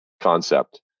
concept